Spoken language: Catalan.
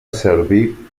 servir